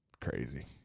crazy